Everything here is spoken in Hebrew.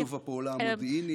את שיתוף הפעולה המודיעיני,